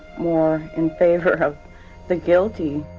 more in favour of the guilty.